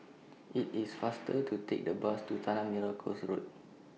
IT IS faster to Take The Bus to Tanah Merah Coast Road